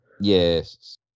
Yes